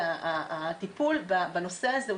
הטיפול בנושא הזה הוא